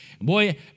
Boy